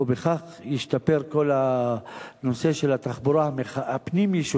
ובכך ישתפר כל הנושא של התחבורה הפנים-יישובית,